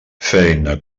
feina